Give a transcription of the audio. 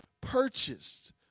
purchased